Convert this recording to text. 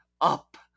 up